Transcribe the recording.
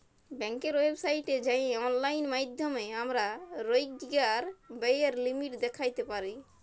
ব্যাংকের ওয়েবসাইটে যাঁয়ে অললাইল মাইধ্যমে আমরা রইজকার ব্যায়ের লিমিট দ্যাইখতে পারি